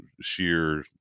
sheer